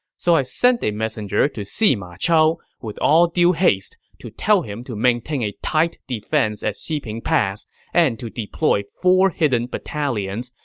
so i sent a messenger to see ma chao with all due haste to tell him to maintain a tight defense at xiping pass and to deploy four hidden battalions,